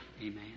Amen